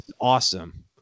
awesome